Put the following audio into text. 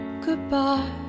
goodbye